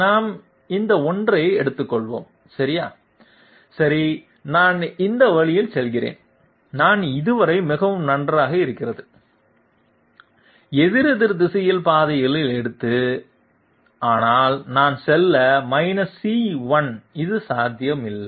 நாம் இந்த ஒன்றை எடுத்துகொள்வோம் சரியா சரி நான் இந்த வழியில் செல்கிறேன் நான் இதுவரை மிகவும் நன்றக இருக்கிறது எதிரெதிர் திசையில் பாதையில் எடுத்து ஆனால் நான் செல்ல c1 இது சாத்தியம் இல்லை